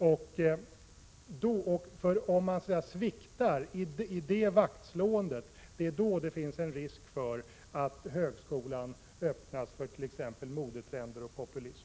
Om vi sviktar i det vaktslåendet finns risk för att högskolan öppnas för t.ex. modetrender och populism.